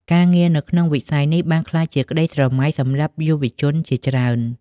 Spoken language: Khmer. ការងារនៅក្នុងវិស័យនេះបានក្លាយជាក្ដីស្រមៃសម្រាប់យុវជនជាច្រើន។